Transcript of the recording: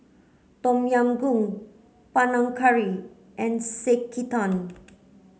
Tom Yam Goong Panang Curry and Sekihan